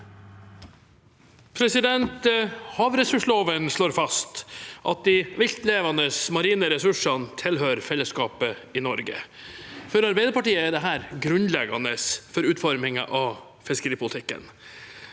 Havressurslova slår fast at de viltlevende marine ressursene tilhører fellesskapet i Norge. For Arbeiderpartiet er dette grunnleggende for utformingen av fiskeripolitikken.